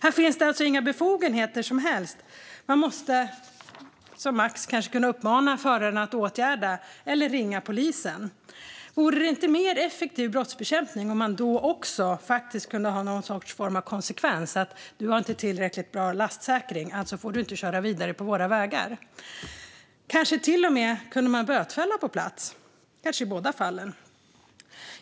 Här finns det alltså inga som helst befogenheter. Man kan som max kanske uppmana förarna att åtgärda detta eller ringa polisen. Vore det inte effektivare brottsbekämpning om man då också kunde ha någon form av konsekvens? Du har inte tillräckligt bra lastsäkring - alltså får du inte köra vidare på våra vägar. Möjligen skulle man till och med kunna bötfälla på plats, kanske i båda fallen.